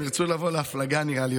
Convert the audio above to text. נראה לי שהם ירצו לבוא להפלגה יותר,